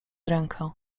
rękę